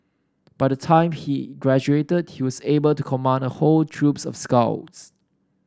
by the time he graduated he was able to command a whole troops of scouts